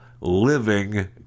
living